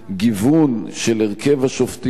גיוון של הרכב השופטים,